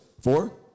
Four